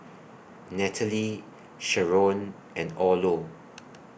Nataly Sharron and Orlo